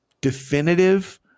definitive